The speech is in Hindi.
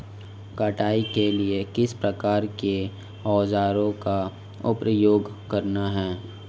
कटाई के लिए किस प्रकार के औज़ारों का उपयोग करना चाहिए?